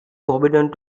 forbidden